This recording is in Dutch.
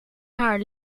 haar